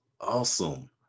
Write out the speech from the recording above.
awesome